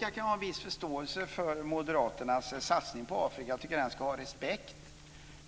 Jag kan ha en viss förståelse för moderaternas satsning på Afrika. Jag tycker att den är värd respekt.